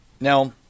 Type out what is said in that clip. Now